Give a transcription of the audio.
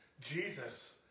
Jesus